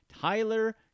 Tyler